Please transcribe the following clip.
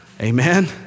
Amen